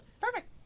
Perfect